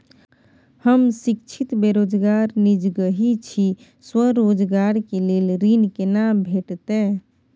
हम शिक्षित बेरोजगार निजगही छी, स्वरोजगार के लेल ऋण केना भेटतै?